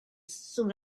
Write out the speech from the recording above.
soon